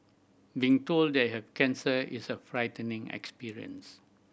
being told that have cancer is a frightening experience